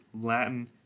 Latin